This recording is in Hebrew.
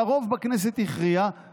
והרוב בכנסת הכריע,